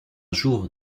jour